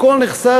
הכול נחסך,